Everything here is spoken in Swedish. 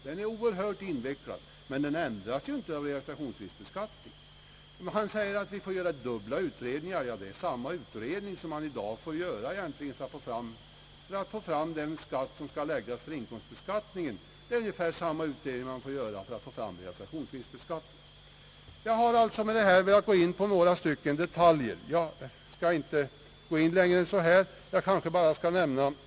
Den är oerhört invecklad, men den ändras ju inte av realisationsvinstbeskattningen. Herr Enarsson påstår att vi får göra dubbla utredningar. Men den utredning, som man i dag får göra för att få fram den skatt, som skall användas vid inkomstbeskattningen, är ju ungefär samma utredning, som man får göra för att få fram realisationsvinstbeskattningen. Jag har med det anförda velat gå in på några detaljer. Jag skall inte fortsätta mitt anförande mycket längre.